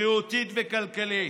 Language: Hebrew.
בריאותית וכלכלית.